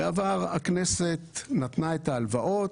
בעבר הכנסת נתנה את ההלוואות.